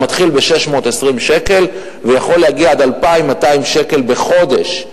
זה מתחיל ב-620 שקל ויכול להגיע עד 2,200 שקל בחודש,